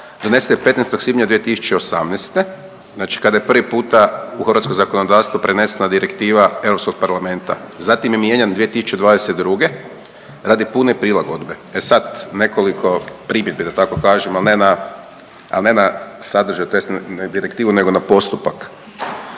donesen je 15. svibnja 2018., znači kada je prvi puta u hrvatsko zakonodavstvo prenesena Direktiva Europskog parlamenta, zatim je mijenjan 2022. radi pune prilagodbe. E sad nekoliko primjedbi da tako kažem, al ne na, al ne na sadržaj tj. ne na direktivu nego na postupak.